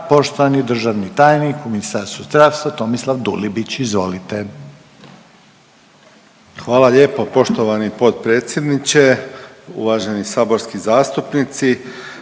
Poštovani državni tajnik u Ministarstvu zdravstva Tomislav Dulibić, izvolite. **Dulibić, Tomislav (HDZ)** Hvala lijepo poštovani potpredsjedniče. Uvaženi saborski zastupnici,